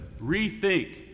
rethink